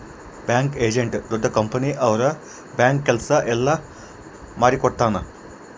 bank agent ದೊಡ್ಡ company ಅವ್ರ bank ಕೆಲ್ಸ ಎಲ್ಲ ಮಾಡಿಕೊಡ್ತನ